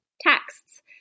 texts